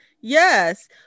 Yes